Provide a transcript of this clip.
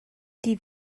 die